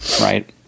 right